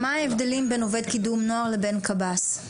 מה ההבדלים בין עובד קידום נוער לבין קב"ס?